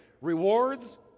rewards